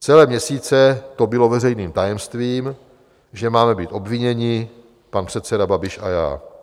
Celé měsíce to bylo veřejným tajemstvím, že máme být obviněni, pan předseda Babiš a já.